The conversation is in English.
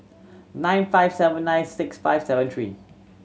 nine five seven nine six five seven three